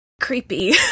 creepy